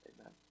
Amen